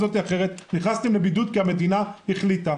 נכנסתם לבידוד כי המדינה החליטה,